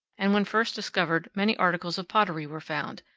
and when first discovered many articles of pottery were found,